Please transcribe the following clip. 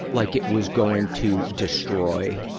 like it was going to destroy